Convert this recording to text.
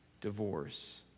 divorce